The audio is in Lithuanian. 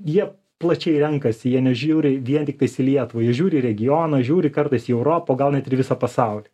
jie plačiai renkasi jie nežiūri vien tiktais į lietuvą jie žiūri į regioną žiūri kartais į europą o gal net ir į visą pasaulį